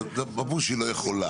זאת אומרת, אמרו שהיא לא יכולה.